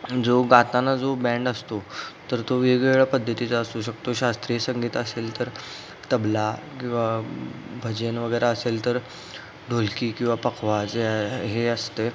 जो गाताना जो बँड असतो तर तो वेगवेगळ्या पद्धतीचा असू शकतो शास्त्रीय संगीत असेल तर तबला किंवा भजन वगैरे असेल तर ढोलकी किंवा पखवाज हे असते